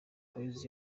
boyz